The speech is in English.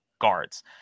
guards